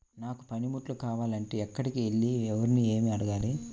నాకు పనిముట్లు కావాలి అంటే ఎక్కడికి వెళ్లి ఎవరిని ఏమి అడగాలి?